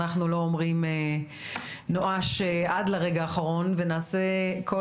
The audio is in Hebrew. אנחנו לא אומרים נואש עד לרגע האחרון ונעשה כל